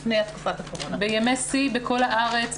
בימי שיא בכל הארץ,